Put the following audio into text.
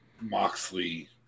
Moxley